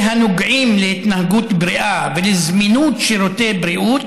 אלה הנוגעים להתנהגות בריאה ולזמינות שירותי בריאות,